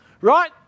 right